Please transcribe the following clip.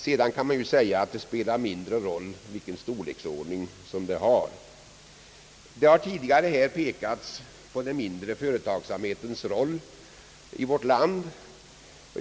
Sedan spelar det mindre roll vilken storleksordning det har. Det har tidigare i debatten pekats på den mindre företagsamhetens roll i vårt land.